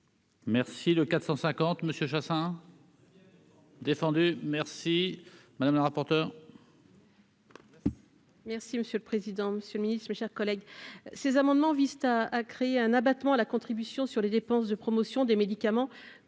Merci le 450 Monsieur Chassaing. Défendu merci madame la rapporteure. Merci monsieur le président, Monsieur le Ministre, mes chers collègues, ces amendements Vista à créer un abattement à la contribution sur les dépenses de promotion des médicaments